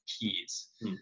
keys